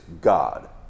God